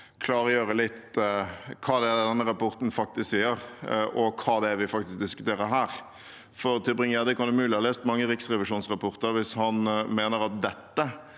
klargjøre litt hva det er denne rapporten faktisk sier, og hva det er vi faktisk diskuterer her. Tybring-Gjedde kan umulig ha lest mange riksrevisjonsrapporter hvis han mener at dette